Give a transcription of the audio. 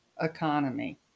economy